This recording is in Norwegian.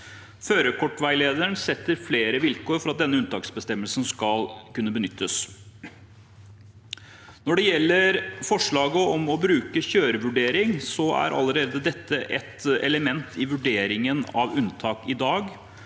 Førerkortveilederen setter flere vilkår for at denne unntaksbestemmelsen skal kunne benyttes. Når det gjelder forslaget om å bruke kjørevurdering, er allerede dette et element i vurderingen av unntak i dag,